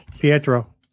Pietro